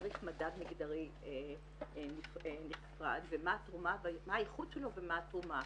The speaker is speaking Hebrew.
צריך מדד מגדרי נפרד ומה הייחוד שלו ומה התרומה.